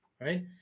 Right